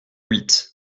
huit